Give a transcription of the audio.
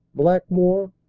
blackmore,